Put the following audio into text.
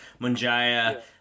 Munjaya